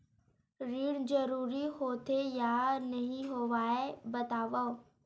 ऋण जरूरी होथे या नहीं होवाए बतावव?